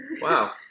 Wow